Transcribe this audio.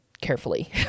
carefully